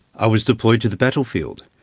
i was deployed to the battlefield,